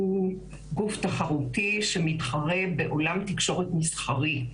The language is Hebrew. הוא גוף תחרותי שמתחרה בעולם תקשורת מסחרי.